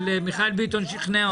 אבל מיכאל ביטון שכנע אותי.